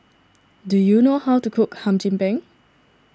do you know how to cook Hum Chim Peng